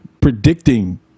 predicting